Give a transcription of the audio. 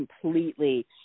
completely